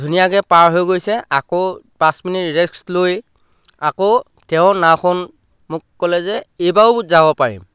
ধুনীয়াকৈ পাৰ হৈ গৈছে আকৌ পাঁচ মিনিট ৰেক্স লৈ আকৌ তেওঁ নাওখন মোক ক'লে যে এইবাৰও যাব পাৰিম